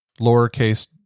lowercase